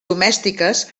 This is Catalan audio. domèstiques